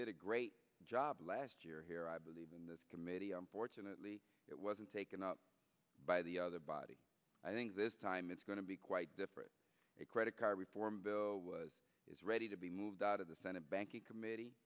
did a great job last year here i believe in this committee unfortunately it wasn't taken up by the other body i think this time it's going to be quite different a credit card reform bill is ready to be moved out of the senate banking committee